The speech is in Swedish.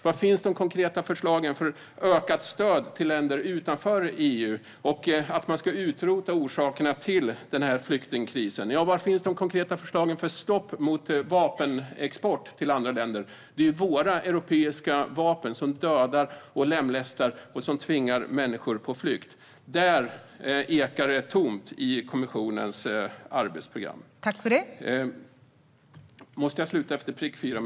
Var finns de konkreta förslagen för ökat stöd till länder utanför EU och för att man ska utrota orsakerna till denna flyktingkris? Var finns de konkreta förslagen för stopp mot vapenexport till andra länder? Det är våra europeiska vapen som dödar, lemlästar och tvingar människor på flykt. Där ekar det tomt i kommissionens arbetsprogram.